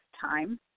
time